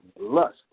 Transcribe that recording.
lust